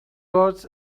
words